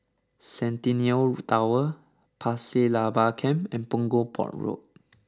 Centennial Tower Pasir Laba Camp and Punggol Port Road